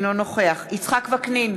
אינו נוכח יצחק וקנין,